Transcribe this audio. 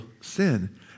sin